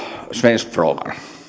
svenskfrågor